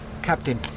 Captain